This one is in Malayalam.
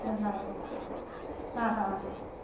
ആ ഹാ ആ ഹാ